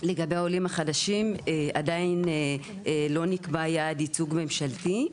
לגבי העולים החדשים - עדיין לא נקבע יעד ייצוג ממשלתי.